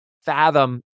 fathom